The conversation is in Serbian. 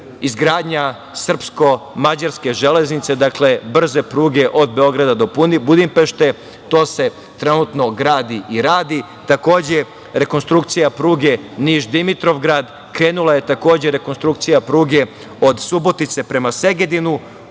izgradnja srpsko-mađarske železnice, dakle, brze pruge od Beograda do Budimpešte. To se trenutno gradi i radi. Takođe, rekonstrukcija pruge Niš-Dimitrovgrad, krenula je takođe rekonstrukcija pruge od Subotice prema Segedinu.